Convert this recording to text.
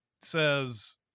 says